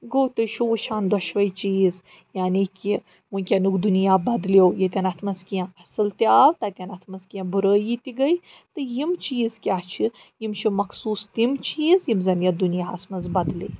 گوٚو تُہۍ چھُو وُچھان دۄشؤے چیٖز یعنی کہِ وُنٛکیٚنُک دُنیا بَدلیو ییٚتیٚن اَتھ منٛز کیٚنٛہہ اصٕل تہِ آو تَتیٚن اَتھ منٛز کیٚنٛہہ بُرٲیی تہِ گٔے تہٕ یِم چیٖز کیٛاہ چھِ یِم چھِ مخصوٗص تِم چیٖز یِم زَن یَتھ دُنیاہَس منٛز بَدلے